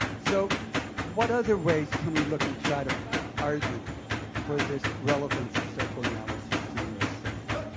so what other ways can we look and try to argue for this relevance of psychoanalysis to neuroscience?